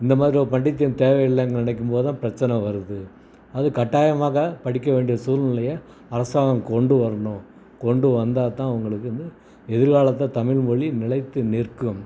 இந்தமாதிரி ஒரு பண்டித்தியம் தேவையில்லைன்னு நினைக்கும்போதுதான் பிரச்சனை வருது அதுக்கு கட்டாயமாக படிக்கவேண்டிய சூழ்நிலைய அரசாங்கம் கொண்டு வரணும் கொண்டு வந்தால்தான் உங்களுக்குன்னு எதிர்காலத்தில் தமிழ்மொலி நிலைத்து நிற்கும்